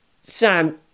Sam